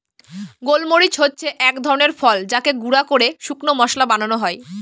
গোল মরিচ হচ্ছে এক ধরনের ফল যাকে গুঁড়া করে শুকনো মশলা বানানো হয়